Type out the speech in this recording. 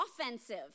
offensive